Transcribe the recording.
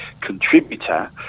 contributor